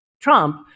Trump